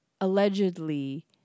allegedly